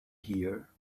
here